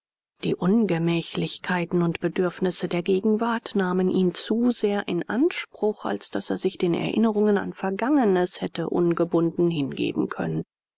die ungemächlichkeiten und bedürfnisse der gegenwart nahmen ihn zu sehr in anspruch als daß er sich den erinnerungen an vergangenes hätte ungebunden hingeben können